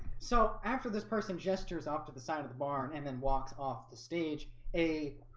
so after this person gestures off to the side of the barn and then walks off the stage a